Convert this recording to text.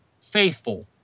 faithful